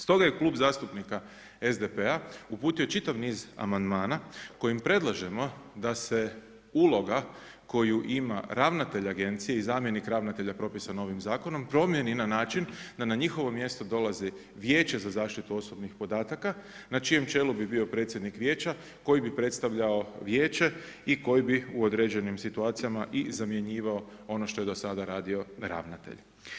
Stoga je Klub zastupnika SDP-a uputio čitav niz amandmana kojim predlažemo da se uloga koju ima ravnatelj agencije i zamjenik ravnatelja propisan ovim zakonom, promijeni na način da na njihovom mjestu dolazi vijeće za zaštitu osobnih podataka na čijem čelu bi bio predsjednik vijeća koji bi predstavljao vijeće i koji bi u određenim situacijama i zamjenjivao ono što je do sada radio ravnatelj.